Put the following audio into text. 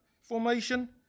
formation